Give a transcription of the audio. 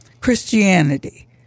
Christianity